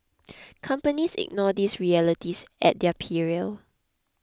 companies ignore these realities at their peril